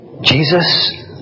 Jesus